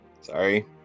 Sorry